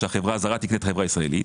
שהחברה הזרה תקנה את החברה הישראלית,